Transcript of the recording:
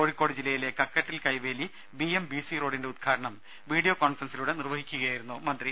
കോഴിക്കോട് ജില്ലയിലെ കക്കട്ടിൽ കൈവേലി ബിഎംബിസി റോഡിന്റെ ഉദ്ഘാടനം വീഡിയോ കോൺഫറൻസിലൂടെ നിർവഹിക്കുകയായിരുന്നു മന്ത്രി